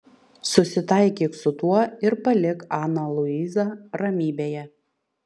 susitaikyk su tuo ir palik aną luizą ramybėje